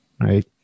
right